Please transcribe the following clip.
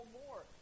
more